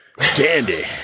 Candy